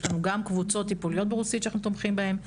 יש לנו גם קבוצות טיפוליות שאנחנו תומכים בהם,